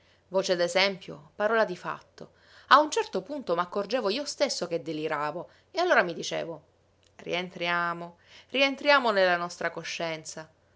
voce d'esempio parola di fatto a un certo punto m'accorgevo io stesso che deliravo e allora mi dicevo rientriamo rientriamo nella nostra coscienza